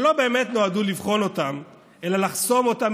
שלא באמת נועדו לבחון אותם אלא לחסום אותם